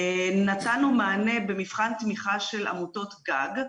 נתנו מענה במבחן תמיכה של עמותות גג,